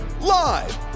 live